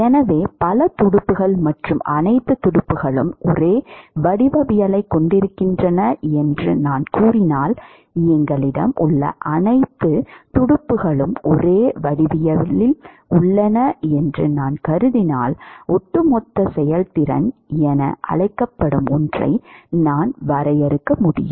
எனவே பல துடுப்புகள் மற்றும் அனைத்து துடுப்புகளும் ஒரே வடிவவியலைக் கொண்டிருக்கின்றன என்று நான் கூறினால் எங்களிடம் உள்ள அனைத்து துடுப்புகளும் ஒரே வடிவவியலில் உள்ளன என்று நான் கருதினால் ஒட்டுமொத்த செயல்திறன் என அழைக்கப்படும் ஒன்றை நான் வரையறுக்க முடியும்